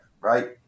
right